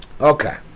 Okay